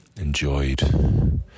enjoyed